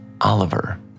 Oliver